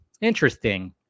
interesting